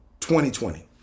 2020